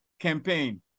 campaign